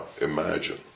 imagine